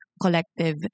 Collective